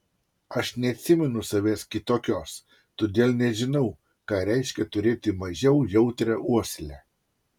aš neatsimenu savęs kitokios todėl nežinau ką reiškia turėti mažiau jautrią uoslę